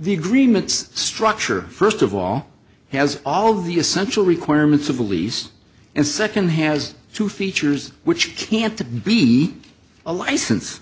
the agreements structure first of all has all of the essential requirements of a lease and second has two features which can't be a license